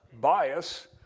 bias